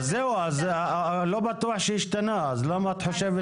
לא בטוח שהשתנה, למה את חושבת שכן?